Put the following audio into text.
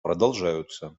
продолжаются